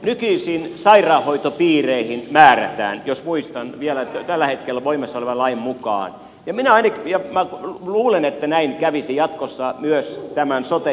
nykyisin sairaanhoitopiireihin määrätään jos muistan vielä tällä hetkellä voimassa olevan lain mukaan ja minä luulen että näin kävisi jatkossa myös tämän sote järjestelyn osalta